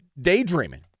daydreaming